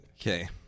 Okay